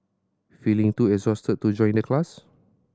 feeling too exhausted to join the class